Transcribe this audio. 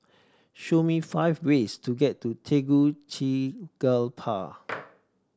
show me five ways to get to Tegucigalpa